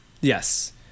Yes